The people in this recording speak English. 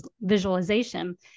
visualization